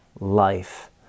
life